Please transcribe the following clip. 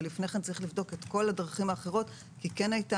ולפני כן צריך לבדוק את כל הדרכים האחרות כי כן הייתה